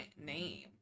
name